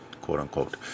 quote-unquote